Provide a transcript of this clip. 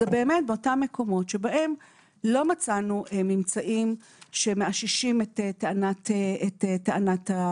זה באמת באותם מקומות שבהם לא מצאנו ממצאים שמאששים את טענת הילד.